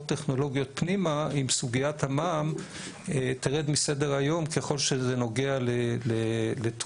טכנולוגיות פנימה אם סוגיית המע"מ תרד מסדר-היום ככל שזה נוגע לתרופות.